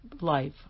life